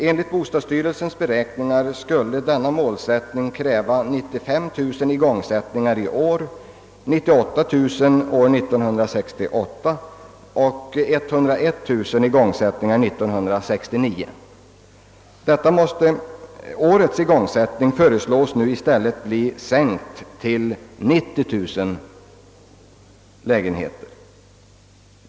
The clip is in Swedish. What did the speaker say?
Enligt bostadsstyrelsens beräkningar skulle denna målsättning kräva 95 000 igångsättningar i år, 98 000 år 1968 och 101 000 år 1969. Årets igångsättning föreslås i stället bli sänkt till 90 000 lägenheter.